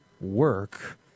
work